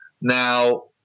Now